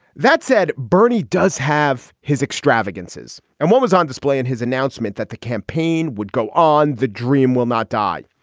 that said, bernie does have his extravagances and what was on display in his announcement that the campaign would go on the dream will not die.